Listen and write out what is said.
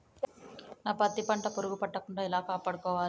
నా పత్తి పంట పురుగు పట్టకుండా ఎలా కాపాడుకోవాలి?